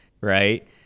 right